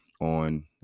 on